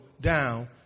down